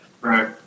Right